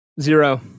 zero